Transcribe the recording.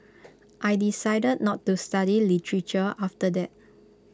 I decided not to study literature after that